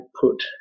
put